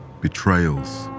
betrayals